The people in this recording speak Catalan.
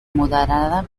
moderada